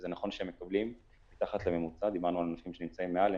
וזה נכון שהם מקבלים מתחת לממוצע דיברנו על ענפים שנמצאים מעל,